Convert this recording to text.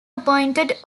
appointed